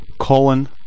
colon